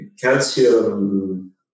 calcium